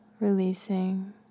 releasing